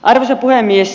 arvoisa puhemies